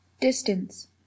Distance